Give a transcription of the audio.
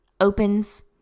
opens